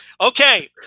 Okay